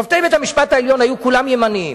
אם שופטי בית-המשפט העליון היו כולם ימניים,